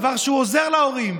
דבר שעוזר להורים,